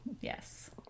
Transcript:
yes